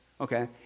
Okay